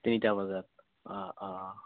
তিনিটা বজাত অঁ অঁ অঁ